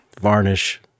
varnish